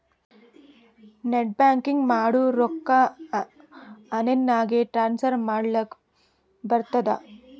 net banking ಮಾಡುರ್ ರೊಕ್ಕಾ online ನಾಗೆ ಟ್ರಾನ್ಸ್ಫರ್ ಮಾಡ್ಲಕ್ ಬರ್ತುದ್